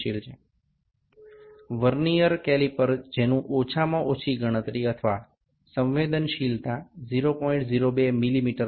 যে সকল ভার্নিয়ার ক্যালিপারের সর্বনিম্ন গণনা বা সংবেদনশীলতা ০০২ মিমিরের সমান তারা এই পার্থক্যটি সনাক্ত করতে সক্ষম